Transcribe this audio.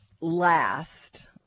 last